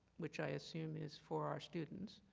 which i assume is for our students,